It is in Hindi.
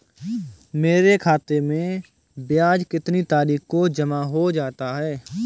मेरे खाते में ब्याज कितनी तारीख को जमा हो जाता है?